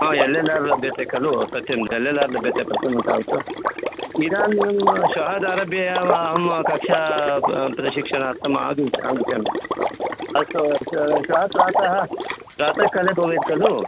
हा L L R लभ्यते खलु सत्यं एल् एल् आर् लभ्यते प्रथमं तावत् इदानीं श्वहाद् आरभ्य अहं कक्षा प्र प्रशिक्षणार्थं आगच्छामि अस्तु श्वः प्रातः प्रातःकाले भवेद् खलु